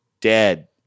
dead